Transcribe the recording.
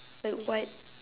like what